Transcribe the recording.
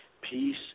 peace